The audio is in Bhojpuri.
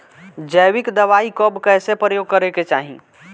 जैविक दवाई कब कैसे प्रयोग करे के चाही?